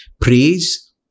praise